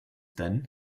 then